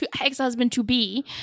ex-husband-to-be